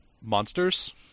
monsters